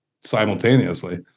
simultaneously